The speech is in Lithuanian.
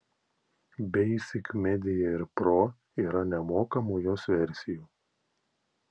basic media ir pro yra nemokamų jos versijų